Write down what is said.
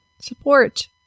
support